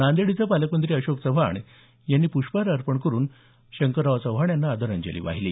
नांदेड इथं पालकमंत्री अशोक चव्हाण यांनी पुष्पहार अर्पण करून शंकरराव चव्हाण यांना आदरांजली वाहिली